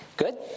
Good